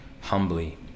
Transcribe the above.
humbly